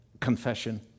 confession